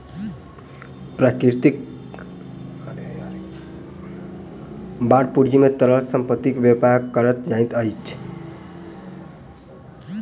bond पूंजी में तरल संपत्ति के व्यापार कयल जाइत अछि